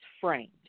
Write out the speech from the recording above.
framed